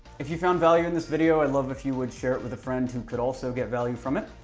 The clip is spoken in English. if you found value in this video i'd love it if you would share it with a friend who could also get value from it.